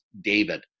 David